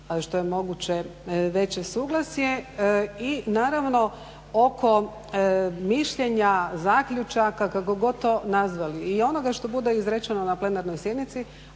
što je moguće veće suglasje. I naravno oko mišljenja zaključaka, kako god to nazvali. I onoga što bude izrečeno na plenarnoj sjednici